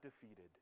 defeated